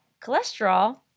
Cholesterol